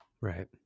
Right